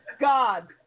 God